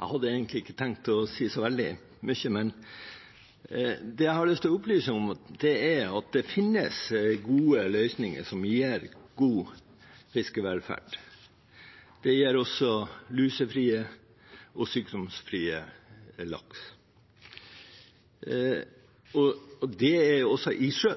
Jeg hadde egentlig ikke tenkt å si så veldig mye, men det jeg har lyst til å opplyse om, er at det finnes gode løsninger som gir god fiskevelferd. Det gir også lusefrie og sykdomsfrie laks. Det er også i sjø,